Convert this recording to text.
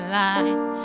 life